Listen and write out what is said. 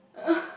uh